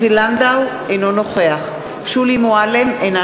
אינו נוכח שולי מועלם-רפאלי,